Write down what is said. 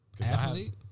athlete